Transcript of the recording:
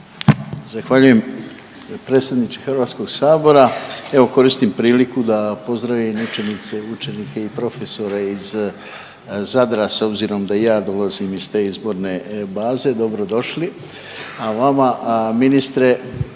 Zahvaljujem predsjedniče HS-a, evo koristim priliku da pozdravim učenice i učenike i profesore iz Zadra, s obzirom da i ja dolazim iz te izborne baze, dobrodošli,